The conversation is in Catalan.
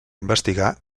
investigar